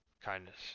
kindness